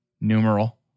numeral